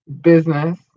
Business